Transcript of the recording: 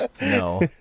no